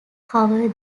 cover